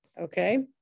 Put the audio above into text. Okay